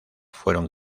fueron